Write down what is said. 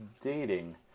dating